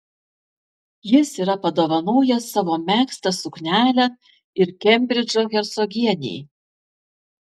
jis yra padovanojęs savo megztą suknelę ir kembridžo hercogienei